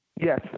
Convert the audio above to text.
Yes